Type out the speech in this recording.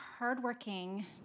hardworking